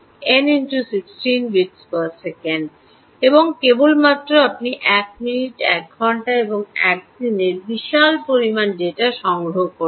n × 16 bit সেকেন্ডBitSecond এবং কেবলমাত্র আপনি 1 মিনিট 1 ঘন্টা এবং 1 দিনের বিশাল পরিমাণে ডেটা সংগ্রহ করবেন